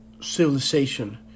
civilization